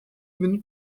bin